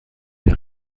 der